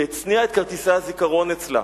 שהצניעה את כרטיסי הזיכרון אצלה,